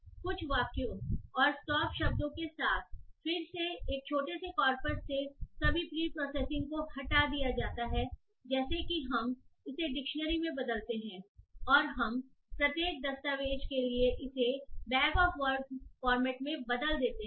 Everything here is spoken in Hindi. तो एक छोटे से कार्पस के साथ कुछ सेंटेंसेस और स्टॉप शब्दों को प्रीप्रॉसेसिंग से हटा दिया जाता है जैसे कि हम इसे डिक्शनरी में बदलते हैं और हम प्रत्येक दस्तावेज़ के लिए इसे बैग ऑफ वर्ल्ड फॉर्मेट में बदल देते हैं